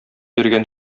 йөргән